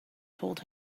told